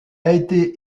été